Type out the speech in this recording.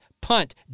punt